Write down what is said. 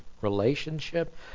relationship